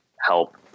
help